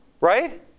Right